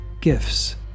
gifts